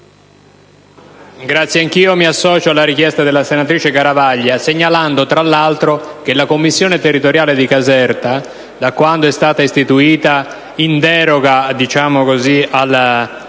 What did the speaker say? anch'io mi associo alla richiesta della senatrice Garavaglia, segnalando tra l'altro che la commissione territoriale di Caserta, da quando è stata istituita, peraltro